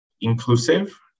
inclusive